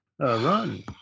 run